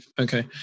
Okay